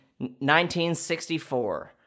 1964